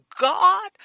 God